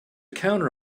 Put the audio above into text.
counter